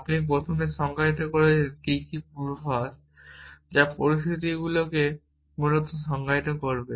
আপনি প্রথমে সংজ্ঞায়িত করেছেন কী কী পূর্বাভাস যা পরিস্থিতিটিকে মূলত সংজ্ঞায়িত করবে